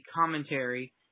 commentary